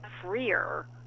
freer